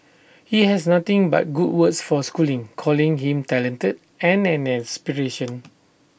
he has nothing but good words for schooling calling him talented and an inspiration